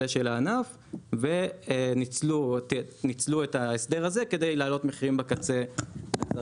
של הענף וניצלו את ההסדר הזה כדי להעלות מחירים בקצה לצרכן.